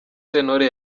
sentore